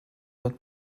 that